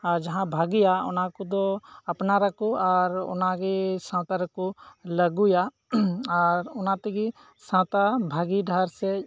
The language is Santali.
ᱟᱨ ᱡᱟᱦᱟᱸ ᱵᱷᱟᱜᱮᱭᱟ ᱚᱱᱟ ᱠᱚᱫᱚ ᱟᱯᱱᱟᱨ ᱟᱠᱚ ᱟᱨ ᱚᱱᱟᱜᱮ ᱥᱟᱶᱛᱟ ᱨᱮᱠᱚ ᱞᱟᱹᱜᱩᱭᱟ ᱟᱨ ᱚᱱᱟ ᱛᱮᱜᱮ ᱥᱟᱶᱛᱟ ᱵᱷᱟᱹᱜᱤ ᱰᱟᱦᱟᱨ ᱥᱮᱫ